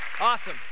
Awesome